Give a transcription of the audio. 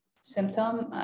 symptom